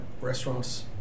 restaurants